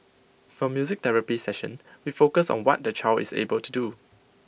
for music therapy session we focus on what the child is able to do